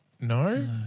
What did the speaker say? No